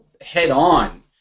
head-on